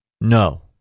no